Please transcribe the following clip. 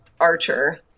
archer